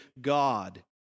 God